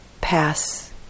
pass